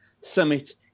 summit